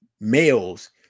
males